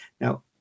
now